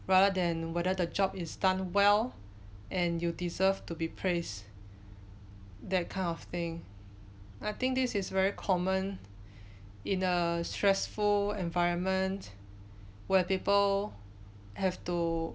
rather than whether the job is done well and you deserve to be praise that kind of thing I think this is very common in a stressful environment where people have to